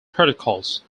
protocols